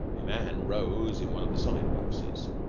a man rose in one of the side boxes.